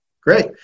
Great